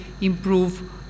improve